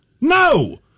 No